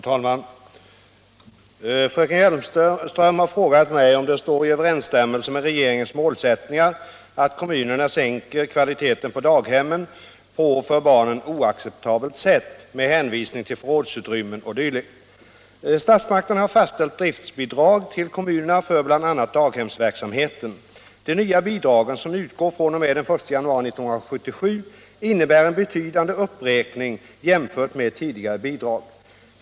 Herr talman! Fröken Hjelmström har frågat mig om det står i överensstämmelse med regeringens målsättningar att kommunerna sänker kvaliteten på daghemmen på för barnen oacceptabelt sätt med hänvisning till förrådsutrymmen o. d. Statsmakterna har fastställt driftbidrag till kommunerna för bl.a. daghemsverksamheten. De nya bidragen, som utgår fr.o.m. den 1 januari 1977, innebär en betydande uppräkning jämfört med tidigare bidrag.